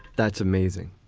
that's amazing.